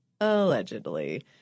Allegedly